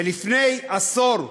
ולפני עשור,